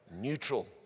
neutral